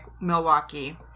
Milwaukee